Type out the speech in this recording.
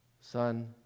Son